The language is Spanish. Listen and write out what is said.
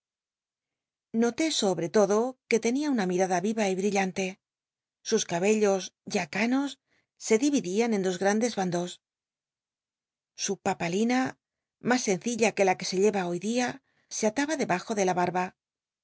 noté sobre todo que tenia una mirada viva y brillante sus cabellos ya canos se diyidian en dos grandes bandos su papnlina mas sencilla uc la que se llca hoy dia se ataba debajo de la btuba